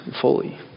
fully